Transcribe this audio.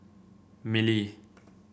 mili